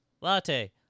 latte